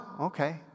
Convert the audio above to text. Okay